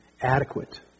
adequate